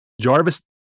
Jarvis